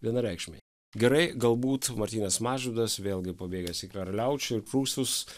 vienareikšmiai gerai galbūt martynas mažvydas vėlgi pabėgęs į karaliaučiu į prūsus